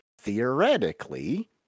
theoretically